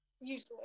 usually